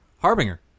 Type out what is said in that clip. Harbinger